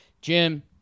jim